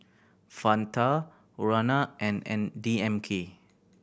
Fanta Urana and N D M K